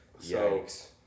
Yikes